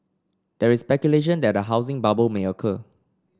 there is speculation that housing bubble may occur